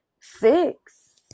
six